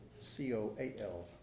C-O-A-L